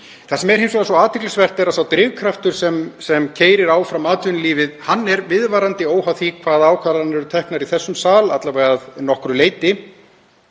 Það sem er hins vegar athyglisvert er að sá drifkraftur sem keyrir áfram atvinnulífið er viðvarandi óháð því hvaða ákvarðanir eru teknar í þessum sal, alla vega að nokkru leyti.